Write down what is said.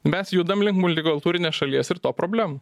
mes judam link multikultūrinės šalies ir to problemų